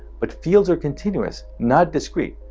but fields are continuous not discrete.